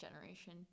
generation